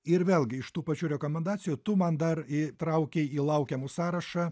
ir vėlgi iš tų pačių rekomendacijų tu man dar įtraukei į laukiamų sąrašą